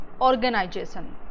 organization